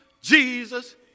Jesus